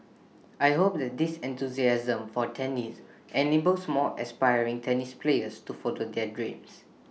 I hope that this enthusiasm for tennis enables more aspiring tennis players to follow their dreams